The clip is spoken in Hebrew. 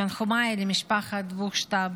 תנחומיי למשפחת בוכשטב